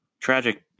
tragic